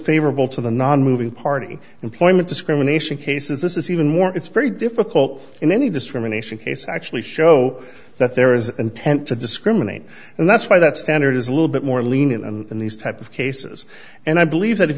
favorable to the nonmoving party employment discrimination cases this is even more it's very difficult in any discrimination case actually show that there is intent to discriminate and that's why that standard is a little bit more lenient and in these types of cases and i believe that if